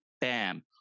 Bam